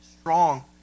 strong